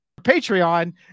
Patreon